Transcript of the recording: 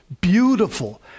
beautiful